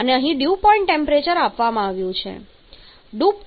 અહીં dew point temperature આપવામાં આવે છે